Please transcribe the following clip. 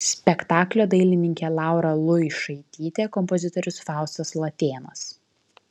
spektaklio dailininkė laura luišaitytė kompozitorius faustas latėnas